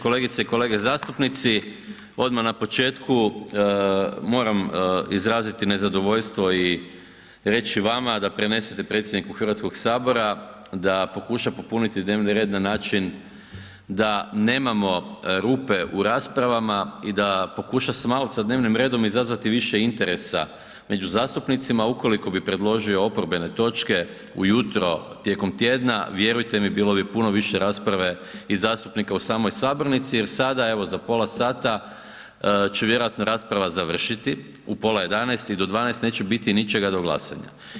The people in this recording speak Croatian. Kolegice i kolege zastupnici, odmah na početku moram izraziti nezadovoljstvo i reći vama da prenesete predsjedniku Hrvatskog sabora da pokuša popuniti dnevni red na način da nemamo rupe u raspravama i da pokuša se malo sa dnevnim redom izazvati više interesa među zastupnicima ukoliko bi predložio oporbene točke ujutro tijekom tjedna vjerujte mi bilo bi puno više rasprave i zastupnika u samoj sabornici, jer sada evo za pola sata će vjerojatno rasprava završiti u pola 11 i do 12 neće biti ničega do glasanja.